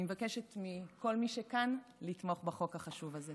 אני מבקשת מכל מי שכאן לתמוך בחוק החשוב הזה.